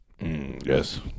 Yes